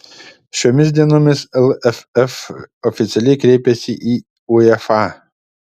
šiomis dienomis lff oficialiai kreipėsi į uefa